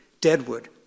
Deadwood